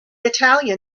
italian